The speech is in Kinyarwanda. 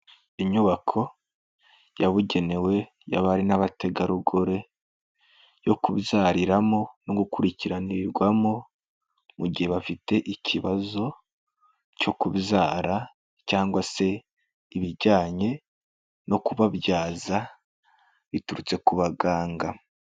Inyubako yabugenewe y'abari n'abategarugori yo kubyariramo no gukurikiranirwamo mu gihe bafite ikibazo cyo kubyara cyangwa se ibijyanye no kubabyaza biturutse ku baganga.